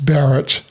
Barrett